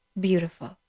Beautiful